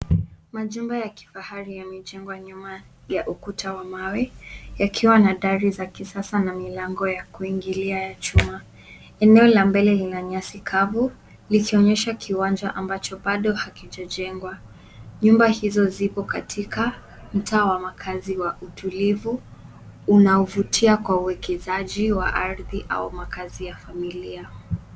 Majumba ya kifahari yamejengwa nyuma ya ukuta wa mawe yakiwa na dari za kisasa na milango ya kuingilia ya chuma. Eneo la mbele lina nyasi kavu likionyesha kiwanja ambacho bado hakijajengwa. Nyumba hizo zipo katika mtaa wa makazi wa utulivu unaovutia kwa uwekezaji wa ardhi au makazi ya familia.